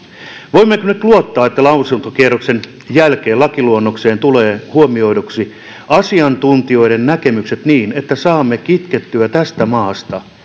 voimmeko nyt luottaa että lausuntokierroksen jälkeen lakiluonnokseen tulee huomioiduksi asiantuntijoiden näkemykset niin että saamme kitkettyä tästä maasta